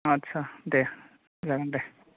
आच्चा दे जागोन दे